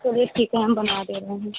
चलिए ठीक है हम बनवा दे रहे हैं